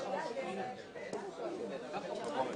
דקות